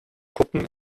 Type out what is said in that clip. kuppen